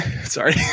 Sorry